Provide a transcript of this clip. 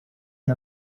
and